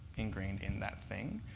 ingrained in that thing.